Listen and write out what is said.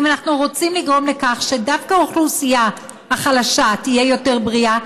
אם אנחנו רוצים לגרום לכך שדווקא האוכלוסייה החלשה תהיה יותר בריאה,